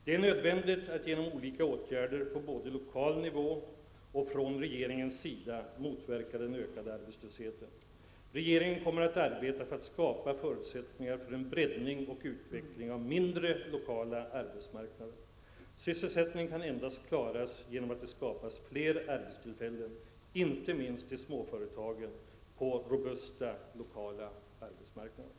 Det är nödvändigt att genom olika åtgärder både på lokal nivå och från regeringens sida motverka den ökande arbetslösheten. Regeringen kommer att arbeta för att skapa förutsättningar för en breddning och utveckling av mindre, lokala arbetsmarknader. Sysselsättningen kan endast klaras av genom att det skapas flera arbetstillfällen, inte minst i småföretagen, på robusta, lokala arbetsmarknader.